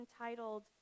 entitled